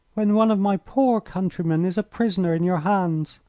when one of my poor countrymen is a prisoner in your hands?